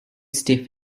stiff